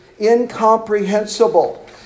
incomprehensible